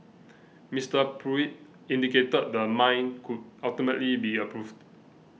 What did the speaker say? Mister Pruitt indicated the mine could ultimately be approved